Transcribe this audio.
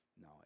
No